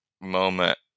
moment